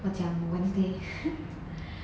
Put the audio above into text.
我讲 wednesday